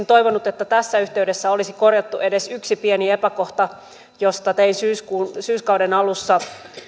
toivonut että tässä yhteydessä olisi korjattu edes yksi pieni epäkohta josta tein syyskauden alussa